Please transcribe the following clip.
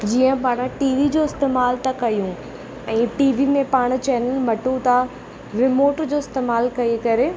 जीअं पाण T V जो इस्तेमालु था कयूं ऐं टी वी में पाण चैनल मटियूं था रिमोट जो इस्तेमालु करे करे